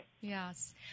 yes